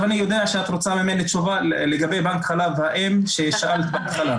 אני יודע שאת רוצה ממני תשובה לגבי בנק חלב אם ששאלת בהתחלה.